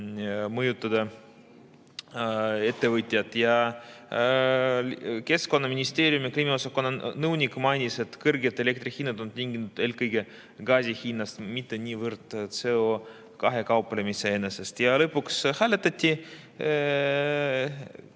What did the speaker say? mõjutada ettevõtjaid. Keskkonnaministeeriumi kliimaosakonna nõunik mainis, et kõrged elektrihinnad on tingitud eelkõige gaasi hinnast, mitte niivõrd CO2‑gakauplemisest enesest. Lõpuks hääletati: